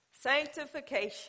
Sanctification